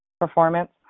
performance